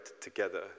together